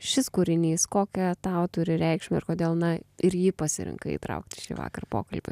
šis kūrinys kokią tau turi reikšmę ir kodėl na ir jį pasirinkai įtraukti šįvakar pokalbiui